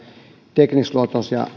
teknisluontoisilla